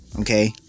okay